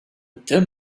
turn